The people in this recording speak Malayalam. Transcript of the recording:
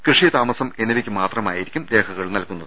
കൃഷി താമസം എന്നിവയ്ക്ക് മാത്രമായി രിക്കും രേഖകൾ നൽകുന്നത്